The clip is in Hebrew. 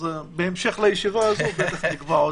אז, בהמשך לישיבה הזאת בטח נקבע עוד.